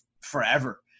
forever